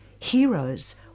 Heroes